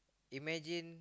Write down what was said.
imagine